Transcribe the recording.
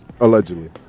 Allegedly